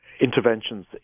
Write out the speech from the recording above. interventions